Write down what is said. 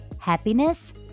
happiness